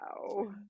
Wow